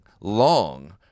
long